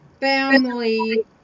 family